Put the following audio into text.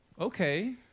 okay